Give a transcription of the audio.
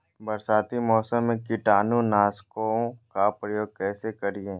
बरसाती मौसम में कीटाणु नाशक ओं का प्रयोग कैसे करिये?